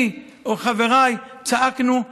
אני וחבריי צעקנו: